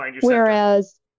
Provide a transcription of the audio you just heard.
whereas